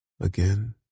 Again